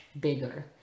bigger